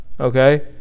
okay